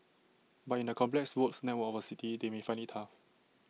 but in the complex road network of A city they may find IT tough